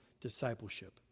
discipleship